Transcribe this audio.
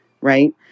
Right